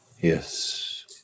Yes